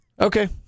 Okay